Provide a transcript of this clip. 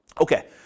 Okay